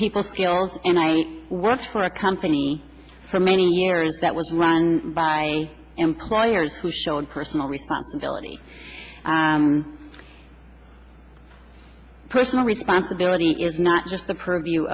people feels and i work for a company for many years that was run by employers who showed personal responsibility personal responsibility is not just the purview